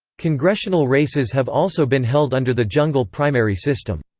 congressional races have also been held under the jungle primary system.